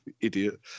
Idiot